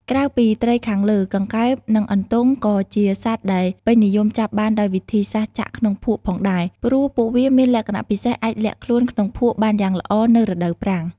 ក្រៅពីត្រីខាងលើ កង្កែប និងអន្ទង់ ក៏ជាសត្វដែលពេញនិយមចាប់បានដោយវិធីសាស្ត្រចាក់ក្នុងភក់ផងដែរ ព្រោះពួកវាមានលក្ខណៈពិសេសអាចលាក់ខ្លួនក្នុងភក់បានយ៉ាងល្អនៅរដូវប្រាំង។